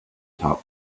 top